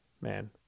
man